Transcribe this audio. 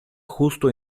justo